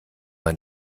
man